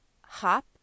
hop